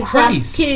Christ